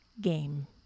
game